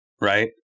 right